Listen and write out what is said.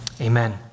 amen